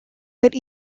but